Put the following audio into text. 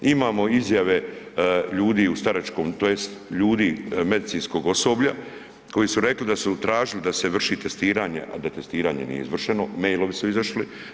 Imamo izjave ljudi u staračkom tj. ljudi, medicinskog osoblja koji su rekli da su tražili da se vrši testiranje, a da testiranje nije izvršeno, mailovi su izašli.